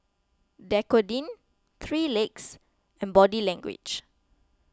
Dequadin three Legs and Body Language